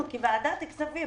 אנחנו כוועדת כספים,